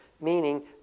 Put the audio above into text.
meaning